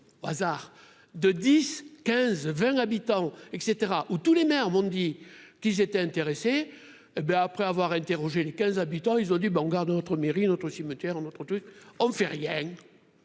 au hasard de 10, 15, 20 habitants et cetera où tous les maires, m'ont dit qu'ils étaient intéressés ben après avoir interrogé le 15 habitants, ils ont dû ben on garde notre mairie notre cimetière notre truc, on fait rien,